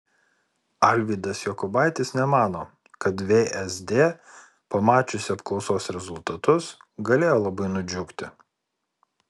alvydas jokubaitis nemano kad vsd pamačiusi apklausos rezultatus galėjo labai nudžiugti